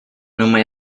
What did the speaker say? nama